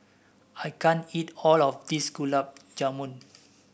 I can't eat all of this Gulab Jamun